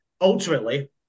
ultimately